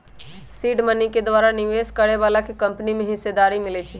seed money के द्वारा निवेश करए बलाके कंपनी में हिस्सेदारी मिलइ छइ